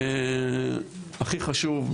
הכי חשוב,